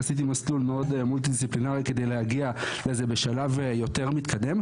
עשיתי מסלול כדי להגיע לזה בשלב יותר מתקדם.